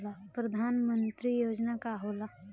परधान मंतरी योजना का होला?